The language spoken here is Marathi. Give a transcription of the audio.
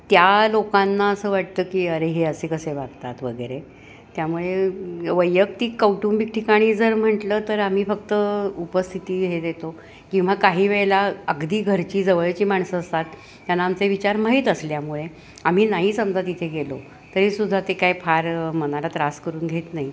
त्या लोकांना असं वाटतं की अरे हे असे कसे वागतात वगैरे त्यामुळे वैयक्तिक कौटुंबिक ठिकाणी जर म्हटलं तर आम्ही फक्त उपस्थिती हे देतो किंवा काही वेळेला अगदी घरची जवळची माणसं असतात त्यांना आमचे विचार माहीत असल्यामुळे आम्ही नाही समजा तिथे गेलो तरीसुद्धा ते काय फार मनाला त्रास करून घेत नाही